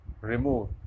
remove